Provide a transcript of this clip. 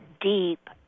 deep